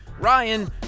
Ryan